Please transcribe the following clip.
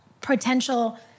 potential